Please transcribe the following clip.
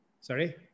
sorry